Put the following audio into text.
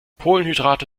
kohlenhydrate